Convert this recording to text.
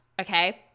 okay